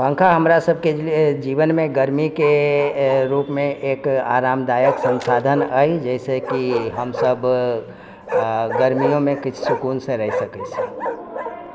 पंखा हमरा सभके जीवनमे गर्मीके रुपमे एक आरामदायक सन्साधन अछि जेहिसँ कि हम सभ गर्मियोमे किछु सुकूनसँ रहि सकै छी